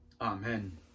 Amen